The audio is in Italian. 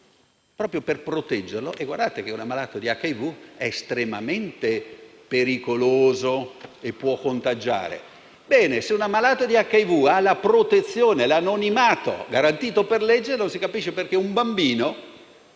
proprio per proteggerla. E si tenga conto che un malato di HIV è estremamente pericoloso e può contagiare. Bene, se un ammalato di HIV ha la protezione, l'anonimato garantito per legge, non si capisce perché dobbiamo